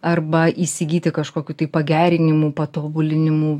arba įsigyti kažkokių tai pagerinimų patobulinimų